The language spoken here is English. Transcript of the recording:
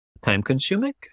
time-consuming